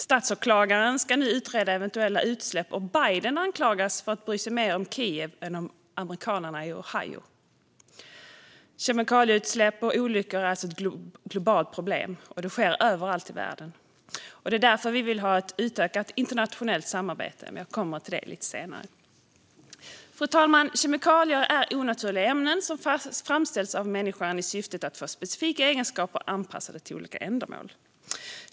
Statsåklagaren ska nu utreda eventuella utsläpp, och Biden anklagas för att bry sig mer om Kiev än om amerikanerna i Ohio. Kemikalieutsläpp och olyckor är alltså ett globalt problem och sker överallt i världen. Därför vill Centerpartiet ha ett utökat internationellt samarbete. Jag kommer till det lite senare. Fru talman! Kemikalier är onaturliga ämnen som framställts av människan i syfte att få specifika egenskaper anpassade till olika ändamål.